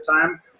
time